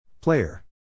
Player